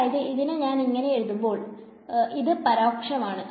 അതായത് ഇതിനെ ഞാൻ ഇങ്ങനെ എഴുതുമ്പോൾ ഇറ്ഗ് പരോക്ഷമാണ്